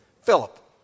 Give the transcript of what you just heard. Philip